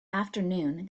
afternoon